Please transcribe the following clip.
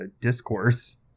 discourse